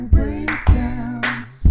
breakdowns